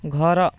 ଘର